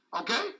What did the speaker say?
Okay